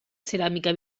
ceràmica